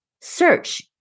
search